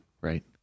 Right